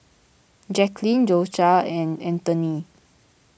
Jacklyn Dosha and Antoine